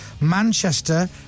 manchester